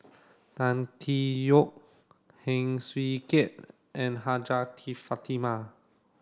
Tan Tee Yoke Heng Swee Keat and Hajjah Fatimah